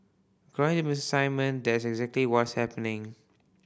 Mister Simon that's exactly what's happening